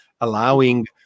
allowing